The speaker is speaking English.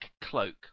cloak